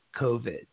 COVID